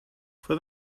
for